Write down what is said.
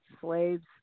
slaves